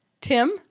Tim